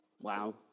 Wow